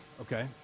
Okay